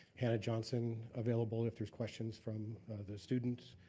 hannah johnson, available, if there's questions from the students